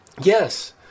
yes